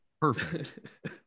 Perfect